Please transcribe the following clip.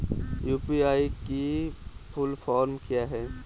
UPI की full form क्या है?